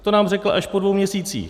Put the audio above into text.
To nám řekla až po dvou měsících.